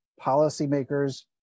policymakers